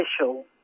official